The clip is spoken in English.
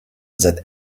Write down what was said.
that